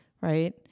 Right